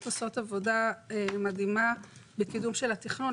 עושות עבודה מדהימה בקידום של התכנון.